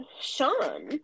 Sean